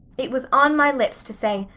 it was on my lips to say,